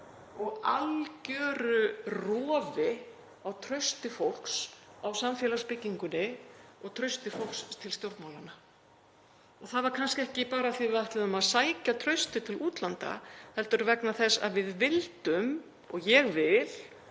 og algjöru rofi á trausti fólks á samfélagsbyggingunni og trausti fólks til stjórnmálanna. Það var kannski ekki bara af því að við ætluðum að sækja traustið til útlanda heldur vegna þess að við vildum, og ég vil